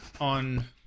on